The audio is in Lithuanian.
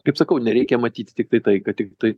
kaip sakau nereikia matyti tiktai tai kad tiktai